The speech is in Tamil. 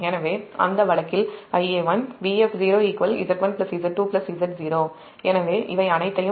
எனவே அந்த வழக்கில் Ia1 Vf0 Z1Z2Z0 எனவே இவை அனைத்தையும் மாற்றவும்